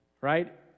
right